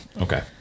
Okay